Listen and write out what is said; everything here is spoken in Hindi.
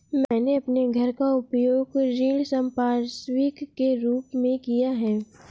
मैंने अपने घर का उपयोग ऋण संपार्श्विक के रूप में किया है